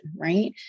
right